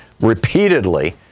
repeatedly